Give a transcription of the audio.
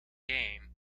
game